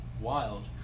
wild